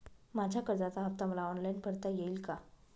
माझ्या कर्जाचा हफ्ता मला ऑनलाईन भरता येईल का?